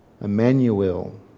Emmanuel